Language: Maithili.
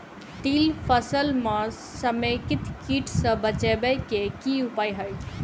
तिल फसल म समेकित कीट सँ बचाबै केँ की उपाय हय?